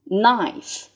knife